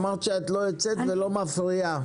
אמרת שאת לא יוצאת ולא מפריעה.